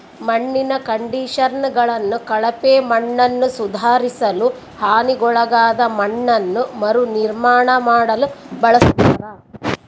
ಮಣ್ಣಿನ ಕಂಡಿಷನರ್ಗಳನ್ನು ಕಳಪೆ ಮಣ್ಣನ್ನುಸುಧಾರಿಸಲು ಹಾನಿಗೊಳಗಾದ ಮಣ್ಣನ್ನು ಮರುನಿರ್ಮಾಣ ಮಾಡಲು ಬಳಸ್ತರ